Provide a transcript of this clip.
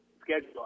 schedule